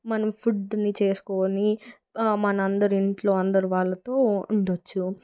మనం ఫుడ్డుని చేసుకోని మనందరి ఇంట్లో అందరి వాళ్ళతో ఉండవచ్చు